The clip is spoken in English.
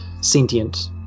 sentient